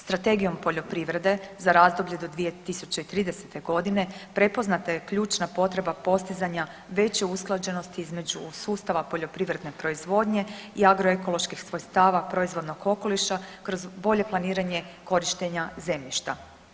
Strategijom poljoprivrede za razdoblje do 2030. godine prepoznata je ključna potreba postizanja veće usklađenosti između sustava poljoprivredne proizvodnje i agroekoloških svojstava proizvodnog okoliša kroz bolje planiranje korištenja zemljišta.